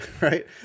right